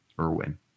Irwin